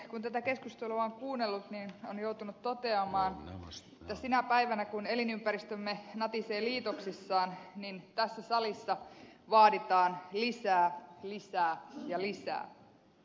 kun tätä keskustelua on kuunnellut on joutunut toteamaan että sinä päivänä kun elinympäristömme natisee liitoksissaan tässä salissa vaaditaan lisää lisää ja lisää